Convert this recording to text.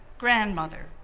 grandmother,